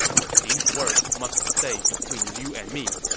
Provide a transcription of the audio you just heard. but these words must stay between you and me.